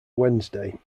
wednesday